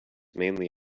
mainly